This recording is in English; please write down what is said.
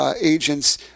agents